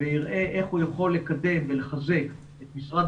ויראה איך הוא יכול לקדם ולחזק את משרד